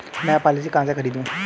मैं पॉलिसी कहाँ से खरीदूं?